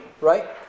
right